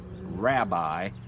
rabbi